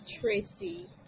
Tracy